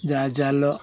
ଯାହା ଜାଲ